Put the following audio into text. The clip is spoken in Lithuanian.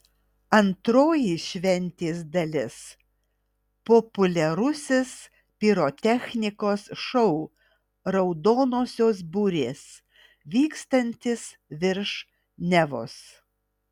antroji šventės dalis populiarusis pirotechnikos šou raudonosios burės vykstantis virš nevos